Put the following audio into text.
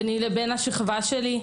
ביני לבין השכבה שלי.